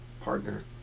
partner